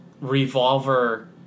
Revolver